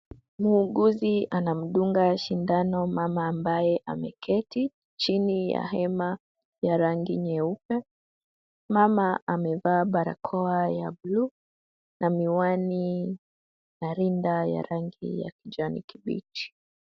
Muuguzi anamudunga sindano mama ambaye ameketi chini ya hema ya rangi nyeupe. Mama amevaa barakoa ya blue na miwani na linda ya rangi ya kijani kibichi.